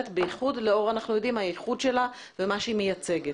בייחוד לאור האיכות שלה ומה שהיא מייצגת.